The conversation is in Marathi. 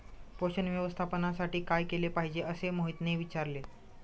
पोषण व्यवस्थापनासाठी काय केले पाहिजे असे मोहितने विचारले?